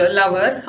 lover